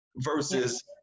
versus